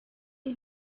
you